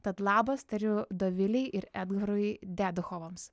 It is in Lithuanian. tad labas tariu dovilei ir edgarui deduchovams